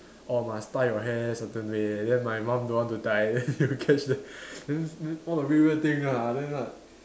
orh must tie your hair certain way then my mum don't want to tie then he will catch then then then all the weird weird thing lah then what